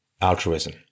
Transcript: altruism